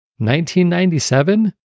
1997